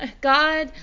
God